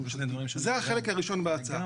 זה החלק הראשון בהצעה.